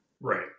Right